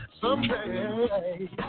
Someday